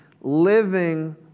living